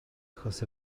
achos